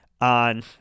on